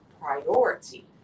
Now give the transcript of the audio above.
priority